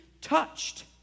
touched